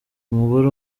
umugore